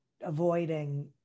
avoiding